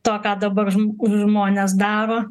to ką dabar žmo žmonės daro